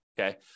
Okay